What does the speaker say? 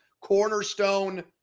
cornerstone